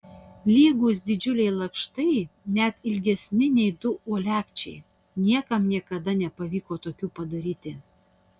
lygūs didžiuliai lakštai net ilgesni nei du uolekčiai niekam niekada nepavyko tokių padaryti